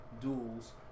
duels